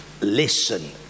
listen